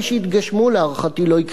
להערכתי לא יקרה מזה כלום,